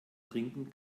trinken